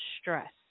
stress